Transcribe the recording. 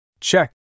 Check